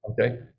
okay